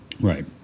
Right